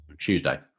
Tuesday